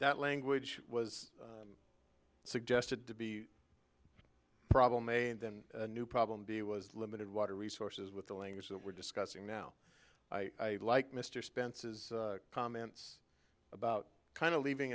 that language was suggested to be a problem a and then a new problem b was limited water resources with the language that we're discussing now i like mr spence is comments about kind of leaving